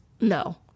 No